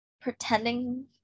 pretending